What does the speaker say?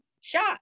shot